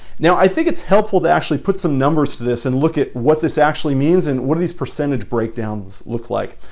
now, i think it's helpful to actually put some numbers to this and look at what this actually means and what do these percentage breakdowns look like?